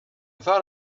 thought